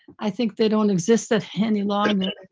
i think they don't exist at hanny law. a